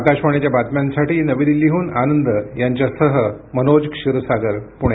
आकाशवाणीच्या बातम्यांसाठी नवी दिल्लीहून आनंद यांच्यासह मनोज क्षीरसागर पूणे